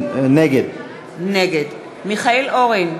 נגד מיכאל אורן,